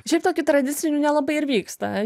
šiaip tokių tradicinių nelabai ir vyksta